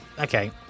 okay